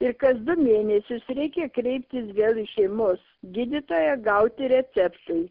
ir kas du mėnesius reikia kreiptis vėl į šeimos gydytoją gauti receptui